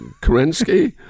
Kerensky